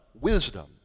wisdom